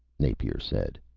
napier said.